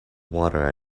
water